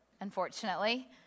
unfortunately